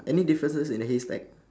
any differences in the haystack